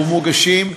ומוגשים,